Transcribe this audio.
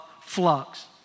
flux